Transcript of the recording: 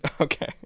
Okay